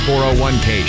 401k